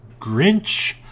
Grinch